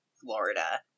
Florida